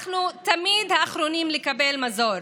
אנחנו תמיד האחרונים לקבל מזור,